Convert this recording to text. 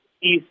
east